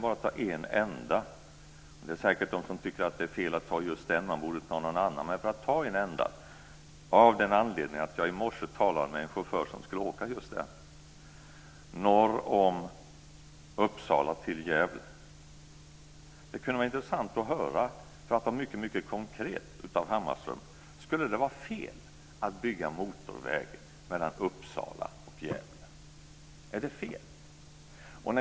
Det finns säkert de som tycker att det är fel att ta just den och att man borde ta någon annan, men jag tar den av den anledningen att jag i morse talade med en chaufför som skulle åka just den sträckan. Det är sträckan norr om Uppsala till Gävle. Det kunde vara intressant att höra av Hammarström, för att vara mycket konkret, om det skulle vara fel att bygga motorväg mellan Uppsala och Gävle. Är det fel?